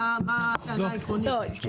מה, מה הטענה העקרונית?